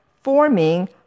forming